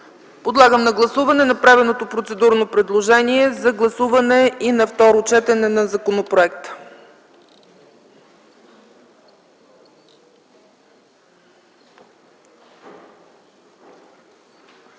Подлагам на гласуване направеното процедурно предложение за гласуване на законопроекта